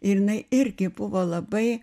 ir jinai irgi buvo labai